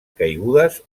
caigudes